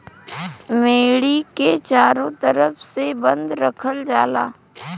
मेड़ी के चारों तरफ से बंद रखल जाला